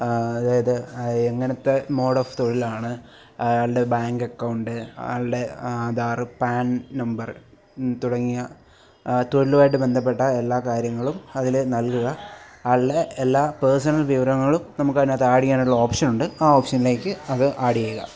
അതായത് എങ്ങനത്തെ mode of തൊഴിലാണ് ആൾടെ ബാങ്കക്കൗണ്ട് ആൾടെ ആധാര് പാൻ നമ്പർ തുടങ്ങിയ തൊഴിലുമായിട്ട് ബന്ധപ്പെട്ട എല്ലാ കാര്യങ്ങളും അതില് നൽകുക ആൾടെ എല്ലാ പേഴ്സണൽ വിവരങ്ങളും നമുക്കതിനകത്ത് ആഡ് ചെയ്യാനുള്ള ഓപ്ഷനുണ്ട് ആ ഓപ്ഷനിലേക്ക് അത് ആഡെയ്യുകാ